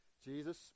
Jesus